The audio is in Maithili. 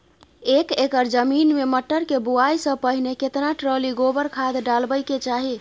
एक एकर जमीन में मटर के बुआई स पहिले केतना ट्रॉली गोबर खाद डालबै के चाही?